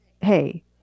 hey